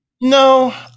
No